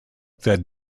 that